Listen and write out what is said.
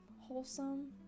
wholesome